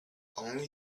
only